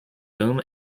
boom